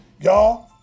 Y'all